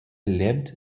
lebt